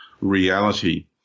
reality